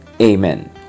amen